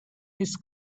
his